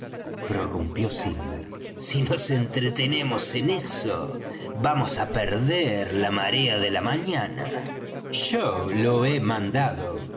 prorrumpió silver si nos entretenemos en eso vamos á perder la marea de la mañana yo lo he mandado